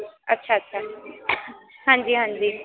ਅੱਛਾ ਅੱਛਾ ਹਾਂਜੀ ਹਾਂਜੀ